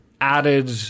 added